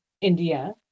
india